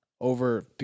over